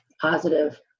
positive